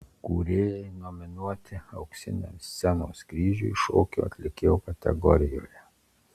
kūrėjai nominuoti auksiniam scenos kryžiui šokio atlikėjo kategorijoje